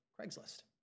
Craigslist